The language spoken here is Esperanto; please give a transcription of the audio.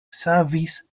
savis